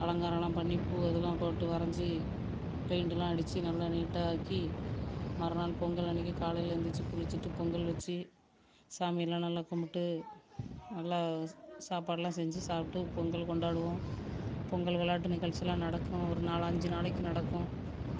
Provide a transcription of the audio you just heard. அலங்காரம்லாம் பண்ணி பூவு அதெல்லாம் போட்டு வரஞ்சு பெயிண்டுலாம் அடிச்சி நல்ல நீட்டாக ஆக்கி மறுநாள் பொங்கல் அன்னைக்கு காலையில் எழந்துருச்சி குளிச்சிவிட்டு பொங்கல் வச்சு சாமியெல்லாம் நல்லா கும்பிட்டு நல்லா சா சாப்பாட்டெல்லாம் செஞ்சு சாப்பிட்டு பொங்கல் கொண்டாடுவோம் பொங்கல் விள்ளாட்டு நிகழ்ச்சிலாம் நடக்கும் ஒரு நாலஞ்சு நாளைக்கு நடக்கும்